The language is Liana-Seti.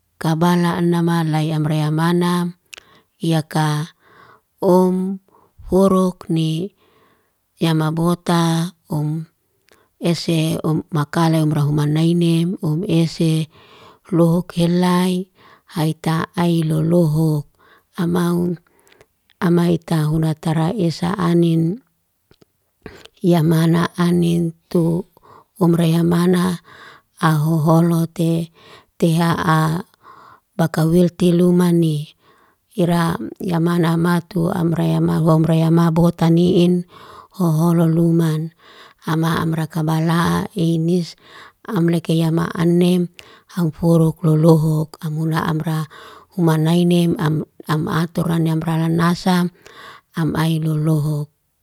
Kabala anama lai amra ya manam, ya kaa om, foruk ni yamabota om, ese om makalai humra nainem ese lohok helai haita'ai lolohok. Am maun, ama eta huna tara esa anin, ya mana anin tu umra ya mana a'hoholote tehaa. Bakawilte luman ni, hiram ya mana matu amra ya mahum, amraya mabota ni. In hoholo luman, ama amraka balaa enis, am leke ya ma anem hau foruk lolohok. Am mulaa amra uma nainem, am atoran nem raranasa, am ai lolohok.